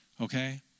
okay